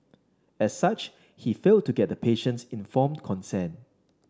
as such he failed to get the patient's informed consent